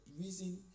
reason